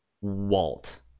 Walt